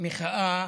מחאה